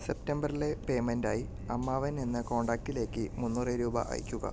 സെപ്റ്റംബറിലെ പേയ്മെന്റായി അമ്മാവൻ എന്ന കോണ്ടാക്ടിലേക്ക് മുന്നൂറ് രൂപ അയയ്ക്കുക